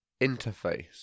interface